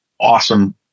awesome